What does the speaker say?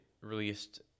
released